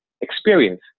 experience